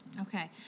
okay